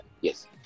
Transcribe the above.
Yes